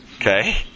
Okay